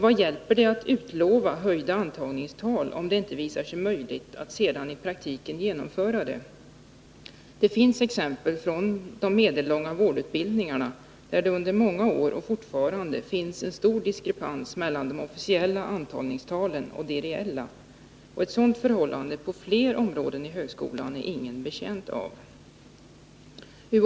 Vad hjälper det att utlova ett höjt antal antagningsplatser om det sedan i praktiken visar sig omöjligt att genomföra något sådant? Under många år har det på de medellånga vårdutbildningarna funnits och finns fortfarande en stor diskrepans mellan de officiella antagningstalen och de reella. Om så blir fallet på flera områden inom högskolan, så är ingen betjänt av det.